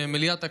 במליאת הכנסת,